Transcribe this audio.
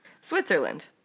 switzerland